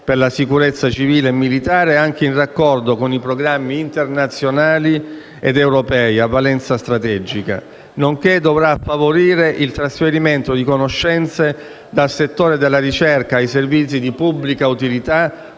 per la sicurezza civile e militare, anche in raccordo con i programmi internazionali ed europei a valenza strategica, nonché dovrà favorire il trasferimento di conoscenze dal settore della ricerca ai servizi di pubblica utilità,